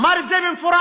אמר את זה במפורש.